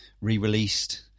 re-released